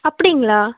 அப்படிங்களா